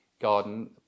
garden